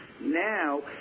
Now